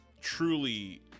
truly